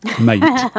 mate